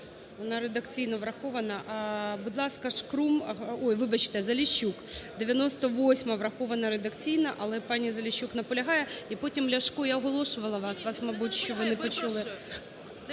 Вона редакційно врахована. Будь ласка, Шкрум…. Ой, вибачте, Заліщук. 98-а врахована редакційно, але пані Заліщук наполягає. І потім – Ляшко. Я оголошувала вас. Вас, мабуть… що ви не почули…